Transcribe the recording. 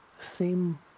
theme